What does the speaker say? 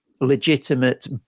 legitimate